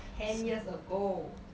ten years ago